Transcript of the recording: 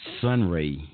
Sunray